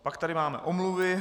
Pak tady máme omluvy.